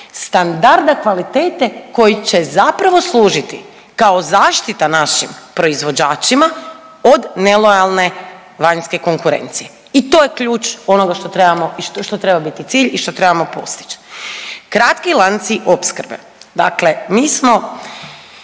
standarda kvalitete koji će zapravo služiti kao zaštita našim proizvođačima od nelojalne vanjske konkurencije. I to je ključ onoga što trebamo, što treba biti cilj i što trebamo postići. Kratki lanci opskrbe, dakle mi smo